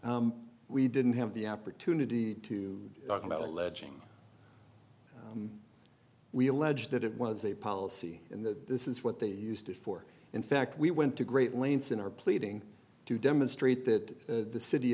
we didn't have the opportunity to talk about alleging we allege that it was a policy and that this is what they used it for in fact we went to great lengths in our pleading to demonstrate that the city